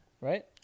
right